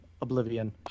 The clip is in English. oblivion